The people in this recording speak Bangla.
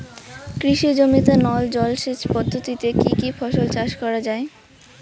কৃষি জমিতে নল জলসেচ পদ্ধতিতে কী কী ফসল চাষ করা য়ায়?